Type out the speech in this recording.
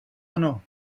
ano